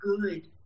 good